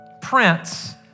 Prince